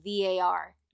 VAR